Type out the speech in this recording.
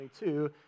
2022